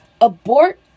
Abort